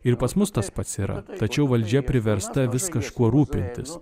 ir pas mus tas pats yra tačiau valdžia priversta vis kažkuo rūpintis